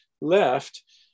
left